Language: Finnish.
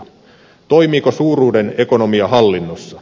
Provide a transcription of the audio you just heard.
toimiiko suuruuden ekonomia hallinnossa